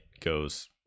goes